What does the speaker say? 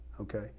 okay